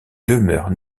demeurent